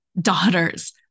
daughters